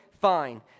Fine